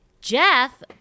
Jeff